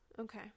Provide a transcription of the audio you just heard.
Okay